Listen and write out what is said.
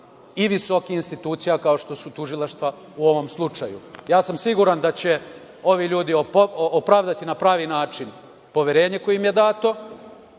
i visokih institucija kao što su tužilaštva u ovom slučaju. Siguran sam da će ovi ljudi opravdati na pravi način poverenje koje im je dato